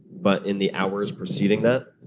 but in the hours preceding that,